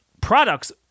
products